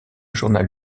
journal